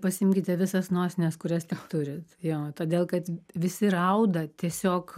pasiimkite visas nosines kurias turit jo todėl kad visi rauda tiesiog